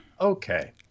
Okay